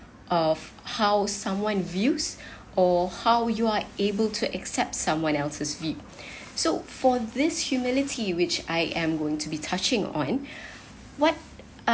of how someone views or how you are able to accept someone else's view so for this humility which I am going to be touching on what